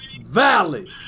valley